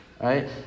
Right